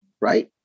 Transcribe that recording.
Right